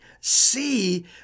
see